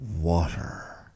water